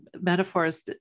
metaphors